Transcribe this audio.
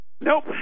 Nope